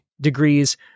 degrees